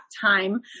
time